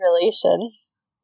relations